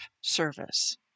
service